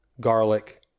garlic